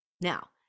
Now